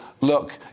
look